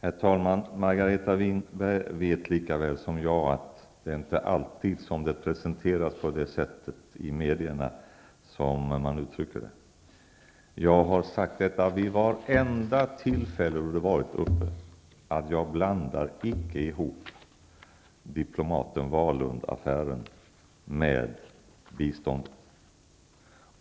Herr talman! Margareta Winberg vet lika väl som jag att det inte är alltid som vad man säger i massmedia presenteras såsom man har uttryckt det. Jag har vid varenda tillfälle då frågan har varit uppe sagt, att jag icke blandar ihop affären med diplomaten Wahlund med biståndet.